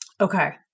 Okay